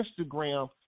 Instagram